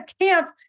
camp